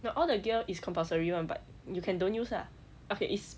no all the gear is compulsory [one] but you can don't use lah okay it's